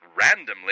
randomly